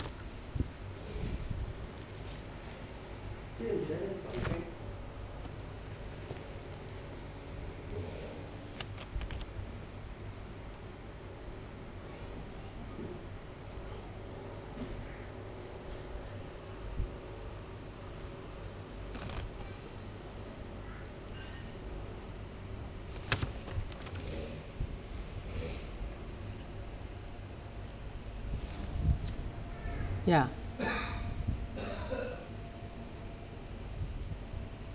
ya